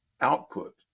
output